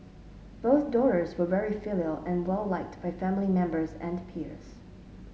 both daughters were very filial and well liked by family members and peers